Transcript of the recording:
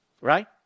Right